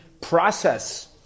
process